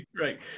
right